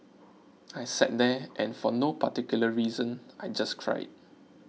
I sat there and for no particular reason I just cried